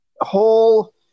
whole